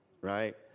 right